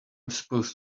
supposed